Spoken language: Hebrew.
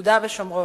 וביהודה ושומרון.